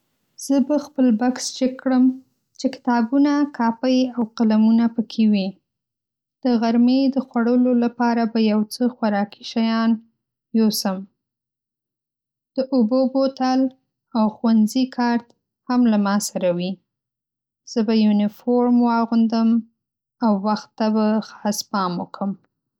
زه به خپل بکس چک کړم چې کتابونه، کاپۍ او قلمونه پکې وي. د غرمې د خوړلو لپاره به یو څه خوراکي شیان یوسم. د اوبو بوتل او ښوونځي کارت هم له ما سره وي. زه به یونیفورم واغوندم او وخت ته به خاص پام وکم.